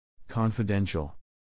confidential